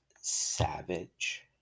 Savage